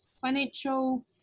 financial